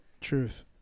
Truth